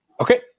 Okay